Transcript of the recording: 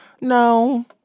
No